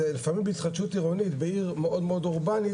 לפעמים בהתחדשות עירונית בעיר מאוד אורבנית